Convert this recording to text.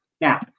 Now